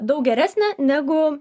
daug geresnė negu